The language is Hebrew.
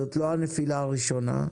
זאת לא הנפילה הראשונה,